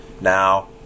Now